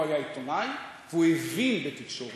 הוא היה עיתונאי והוא הבין בתקשורת.